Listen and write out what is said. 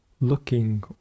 looking